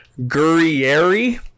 Gurrieri